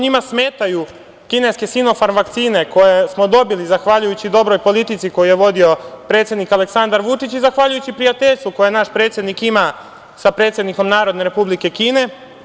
Njima smetaju kineske „Sinofarm“ vakcine koje smo dobili zahvaljujući dobroj politici koju je vodio predsednik Aleksandar Vučić i zahvaljujući prijateljstvu koje naš predsednik ima sa predsednik Narodne Republike Kine.